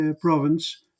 province